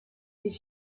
his